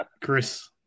Chris